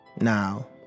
Now